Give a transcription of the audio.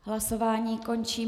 Hlasování končím.